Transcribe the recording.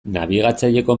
nabigatzaileko